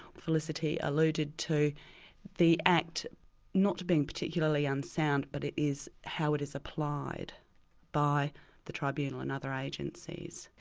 felicity alluded to the act not being particularly unsound, but it is how it is applied by the tribunal and other agencies.